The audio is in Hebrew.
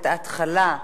ההתחלה,